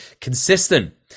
consistent